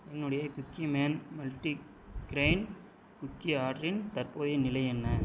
என்னுடைய Cookieman multigrain cookie ஆர்டரின் தற்போதைய நிலை என்ன